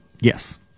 Yes